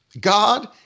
God